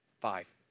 Five